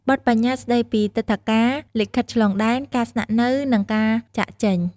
បទប្បញ្ញត្តិស្តីពីទិដ្ឋាការ លិខិតឆ្លងដែន ការស្នាក់នៅ និងការចាកចេញ។